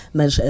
mas